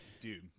Dude